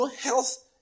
health